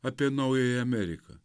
apie naująją ameriką